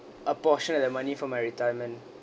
a portion of the money for my retirement